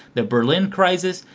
the berlin crisis,